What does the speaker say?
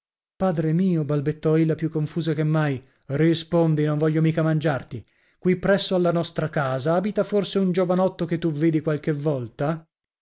padre mio balbettò ella più confusa che mai rispondi non voglio mica mangiarti qui presso alla nostra casa abita forse un giovanotto che tu vedi qualche volta